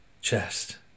chest